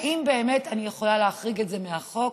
האם באמת אני יכולה להחריג את זה מהחוק?